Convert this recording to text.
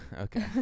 Okay